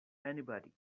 anybody